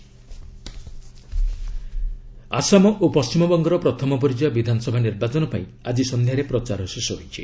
ଆସେମ୍କି elections Assam ଓ ପଶ୍ଚିମବଙ୍ଗର ପ୍ରଥମ ପର୍ଯ୍ୟାୟ ବିଧାନସଭା ନିର୍ବାଚନ ପାଇଁ ଆଜି ସନ୍ଧ୍ୟାରେ ପ୍ରଚାର ଶେଷ ହୋଇଛି